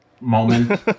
moment